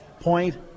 point